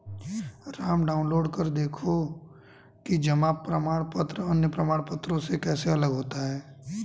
Ram download कर देखो कि जमा प्रमाण पत्र अन्य प्रमाण पत्रों से कैसे अलग होता है?